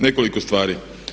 Nekoliko stvari.